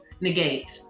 negate